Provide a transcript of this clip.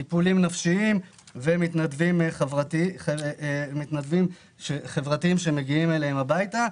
טיפול נפשיים ומתנדבים חברתיים שמגיעים אליהם הביתה.